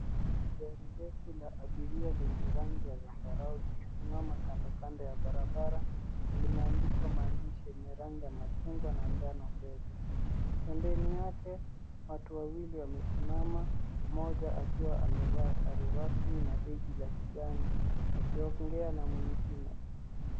Gari refu la abiria lenye rangi ya zambarau imesimama kwenye kando ya barabara na limeandikwa maandishi yenye rangi ya machungwa na njano mbele. Pembeni yake watu wawili wamesimama moja akiwa amevaa sare za rasmi na bagi ya kijani akiongea na mwingine.